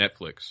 Netflix